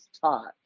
taught